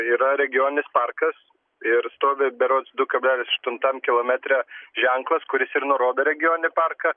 yra regioninis parkas ir stovi berods du kablelis aštuntam kilometre ženklas kuris ir nurodo regioninį parką